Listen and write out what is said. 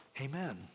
Amen